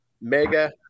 Mega